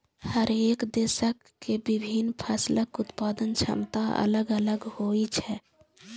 हरेक देशक के विभिन्न फसलक उत्पादन क्षमता अलग अलग होइ छै